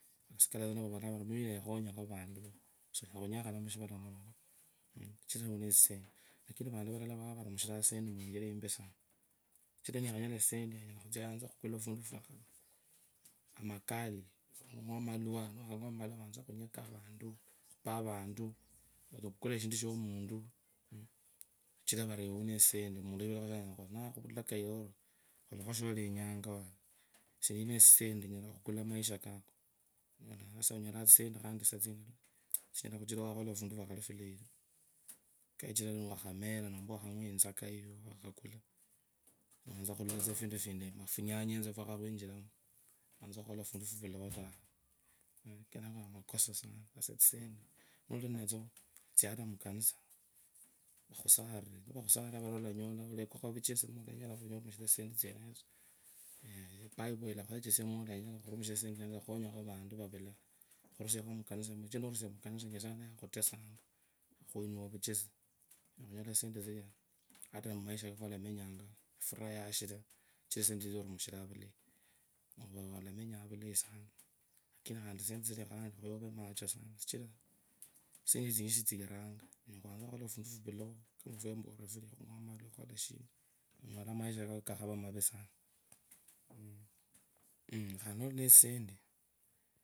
Mumasika valavola vari oyo yakhunyakha vantu sonyala khunyakana mushivala muno taa sichira unee tsisendi lakini vantu vwala vao varumishiranga tsisendi muyichira impiisana niyakhanyola tsisendi yayanza kutsia khukula fundi fwaa. Amakali okhung’wa malwaa niwanza khunyaka avantu ukhunee akintu onyala khuvukula eshindu shomantu kachira uneetsisandi nakhwakayira uri khulakho sholenyanga esie ninetsisendi onyala khukula maisha kako. Sasoonyolanga tsisend khundi tsisaa tsindala tsinyala khuchira wakhula fundi fwakhali fulayi taa kachira niwakhamera funyanyenzo fwakhakhwichiramo niwanza khukhola fundu fuvulao tsenetso bible ilekhwechesia mwonyola khurumu shira tsisendi tsenetsu ulakhonyakho vantu vavulaa onyola khunyola nyasaye yakhakunula vuchasi olanyola namaisha kako furaha yashira sichira tasendi tsitso orumishiranga vukiyi tsisendi tsinyinji tsirangaa unyala khwanza khukhola fundi fuvulaa khandi nuri netsisendi.